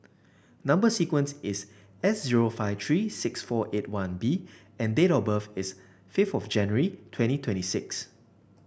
number sequence is S zero five three six four eight one B and date of birth is fifth of January twenty twenty six